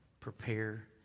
Prepare